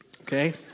okay